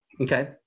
Okay